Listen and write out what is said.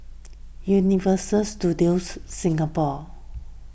Universal Studios Singapore